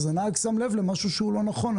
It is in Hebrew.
אז הנהג שם לב למשהו שהוא לא נכון.